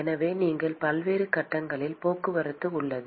எனவே நீங்கள் பல்வேறு கட்டங்களில் போக்குவரத்து உள்ளது